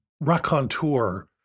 raconteur